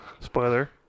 Spoiler